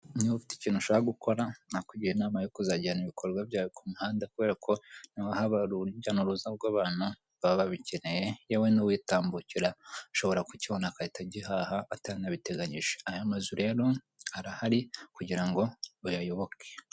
Niba ufite ikintu ushaka gukora, nakugira inama yo kuzajyana ibikorwa byawe ku muhanda kubera ko niho haba hari urujya n'uruza rw'abantu baba babikeneye yewe nuwitambukira ashobora kukibona agahita agihaha atanabiteganyije, aya mazu rero arahari kugira ngo bayayoboke.